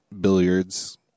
Billiards